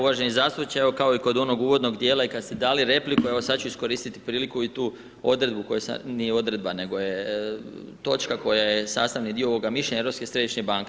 Uvaženi zastupniče, evo kao i kod onog uvodnog djela i kad ste dali repliku, evo sad ću iskoristiti priliku i tu odredbu, nije odredba nego je točka koja je sastavni dio ovoga mišljenja Europske središnje banke.